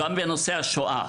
גם בנושא השואה: